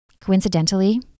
Coincidentally